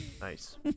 Nice